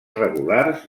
regulars